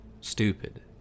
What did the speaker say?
Stupid